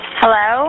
hello